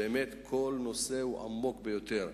באמת כל נושא הוא עמוק ביותר,